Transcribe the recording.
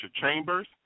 Chambers